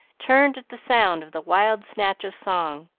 turned at the sound of the wild snatch of song,